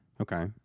okay